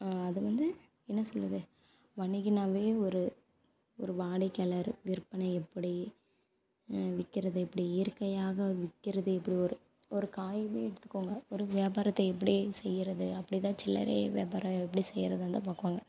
அது வந்து என்ன சொல்லுது வணிகன்னாவே ஒரு ஒரு வாடிக்கையாளர் விற்பனை எப்படி விற்கிறது எப்படி இயற்கையாக விற்கிறது எப்படி ஒரு ஒரு காயவே எடுத்துக்கோங்க ஒரு வியாபாரத்தை எப்படி செய்யறது அப்படிதா சில்லறை வியாபாரம் எப்படி செய்யறது தான் பார்க்குவாங்க